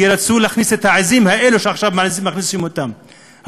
כי רצו להכניס את העזים האלו שעכשיו מכניסים אותן,